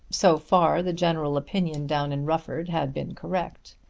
so far the general opinion down in rufford had been correct.